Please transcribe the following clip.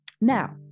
Now